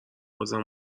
بازم